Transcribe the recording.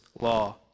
law